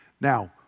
Now